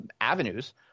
avenues